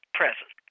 present